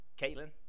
Caitlin